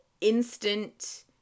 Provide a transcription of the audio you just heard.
instant